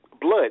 blood